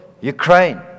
Ukraine